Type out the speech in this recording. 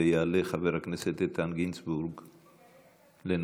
ויעלה חבר הכנסת איתן גינזבורג לנהל.